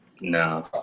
no